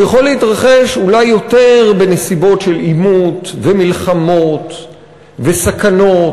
הוא יכול להתרחש אולי יותר בנסיבות של עימות ומלחמות וסכנות,